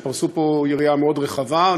שפרסו פה יריעה מאוד רחבה.